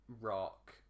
rock